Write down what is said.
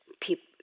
people